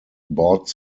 bought